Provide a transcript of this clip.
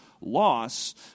loss